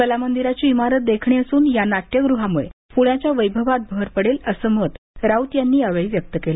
कलामंदिराची इमारत देखणी असून या नाट्यग्रहामुळे प्ण्याच्या वैभवात भर पडेल असं मत राऊत यांनी यावेळी व्यक्त केलं